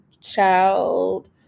child